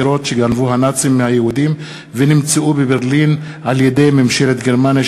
היצירות שגנבו הנאצים מהיהודים ונמצאו בברלין על-ידי ממשלת גרמניה.